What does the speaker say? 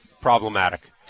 problematic